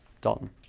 Dalton